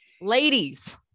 Ladies